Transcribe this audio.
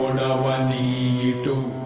need to